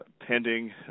pending